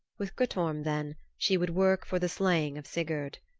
with guttorm, then, she would work for the slaying of sigurd.